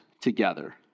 together